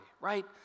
right